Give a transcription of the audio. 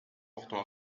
portant